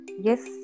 Yes